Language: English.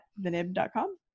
TheNib.com